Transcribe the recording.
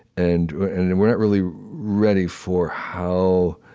and and we're not really ready for how